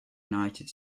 united